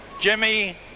Jimmy